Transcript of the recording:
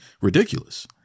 ridiculous